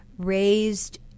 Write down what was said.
Raised